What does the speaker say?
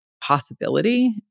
possibility